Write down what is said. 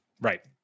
Right